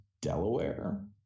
delaware